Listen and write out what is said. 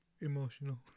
emotional